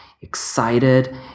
excited